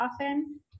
often